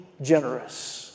generous